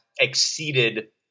exceeded